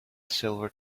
silver